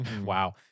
Wow